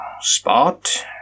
Spot